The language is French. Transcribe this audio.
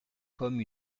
comme